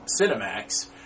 Cinemax